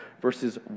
verses